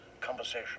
conversation